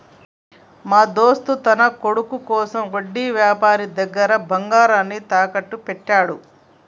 మా దోస్త్ తన కొడుకు కోసం వడ్డీ వ్యాపారి దగ్గర బంగారాన్ని తాకట్టు పెట్టాడు